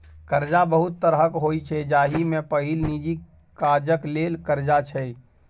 करजा बहुत तरहक होइ छै जाहि मे पहिल निजी काजक लेल करजा छै